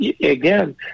Again